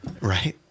Right